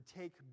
take